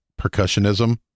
percussionism